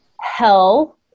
hell –